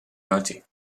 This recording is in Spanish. noche